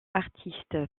artiste